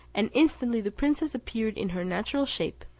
and instantly the princess appeared in her natural shape,